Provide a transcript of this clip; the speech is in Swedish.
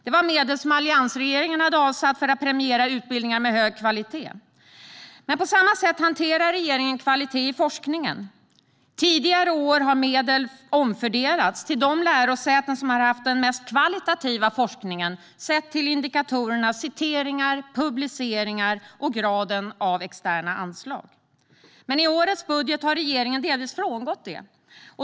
Det var medel som alliansregeringen hade avsatt för att premiera utbildningar med hög kvalitet. På samma sätt hanterar regeringen kvalitet i forskningen. Tidigare år har medel omfördelats till de lärosäten som har haft den högsta kvaliteten på forskningen sett till indikatorerna citeringar, publiceringar och graden av externa anslag. Men i årets budget har regeringen delvis frångått det.